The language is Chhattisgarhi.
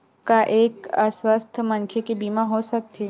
का एक अस्वस्थ मनखे के बीमा हो सकथे?